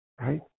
Right